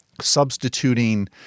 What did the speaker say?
substituting